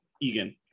Egan